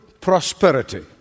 prosperity